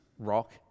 rock